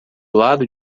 lado